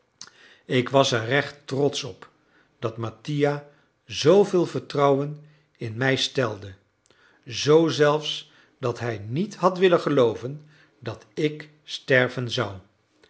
ik was er recht trotsch op dat mattia zooveel vertrouwen in mij stelde zoo zelfs dat hij niet had willen gelooven dat ik sterven zou